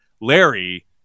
Larry